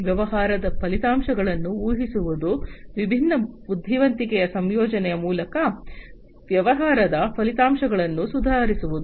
ವ್ಯವಹಾರದ ಫಲಿತಾಂಶಗಳನ್ನು ಊಹಿಸುವುದು ವಿಭಿನ್ನ ಬುದ್ಧಿವಂತಿಕೆಯ ಸಂಯೋಜನೆಯ ಮೂಲಕ ವ್ಯವಹಾರದ ಫಲಿತಾಂಶಗಳನ್ನು ಸುಧಾರಿಸುವುದು